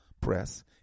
Press